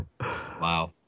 Wow